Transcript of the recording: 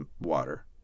water